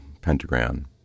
pentagram